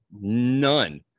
none